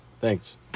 Thanks